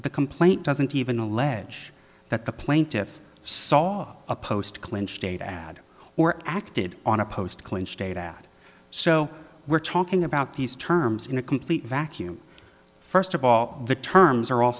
the complaint doesn't even allege that the plaintiff saw a post clinch data ad or acted on a post clean state ad so we're talking about these terms in a complete vacuum first of all the terms are all